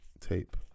tape